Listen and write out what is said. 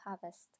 harvest